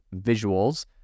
visuals